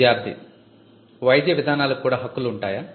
విద్యార్ధి వైద్య విధానాలకి కూడా హక్కులు ఉంటాయా